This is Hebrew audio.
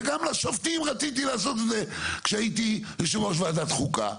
וגם לשופטים רציתי לעשו את זה כשהייתי יושב ראש ועדת חוקה,